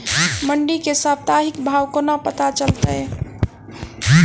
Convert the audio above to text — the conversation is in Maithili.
मंडी केँ साप्ताहिक भाव कोना पत्ता चलतै?